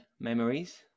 memories